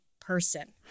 person